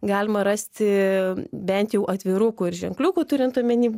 galima rasti bent jau atvirukų ir ženkliukų turint omeny